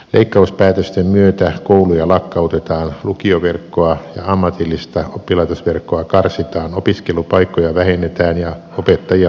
leikkauspäätösten myötä kouluja lakkautetaan lukioverkkoa ja ammatillista oppilaitosverkkoa karsitaan opiskelupaikkoja vähennetään ja opettajia lomautetaan